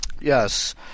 Yes